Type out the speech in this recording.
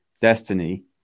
destiny